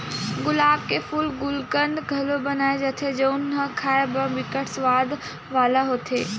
गुलाब के फूल के गुलकंद घलो बनाए जाथे जउन ह खाए म बिकट सुवाद वाला होथे